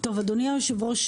אדוני היושב-ראש,